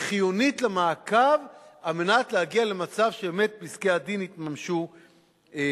היא חיונית למעקב על מנת להגיע למצב שבאמת פסקי-הדין יתממשו כולם.